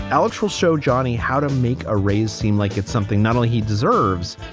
alex will show johnny how to make array's seem like it's something not only he deserves,